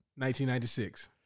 1996